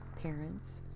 parents